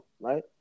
Right